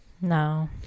No